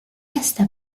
esta